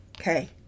okay